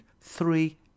three